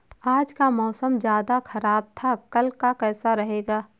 आज का मौसम ज्यादा ख़राब था कल का कैसा रहेगा?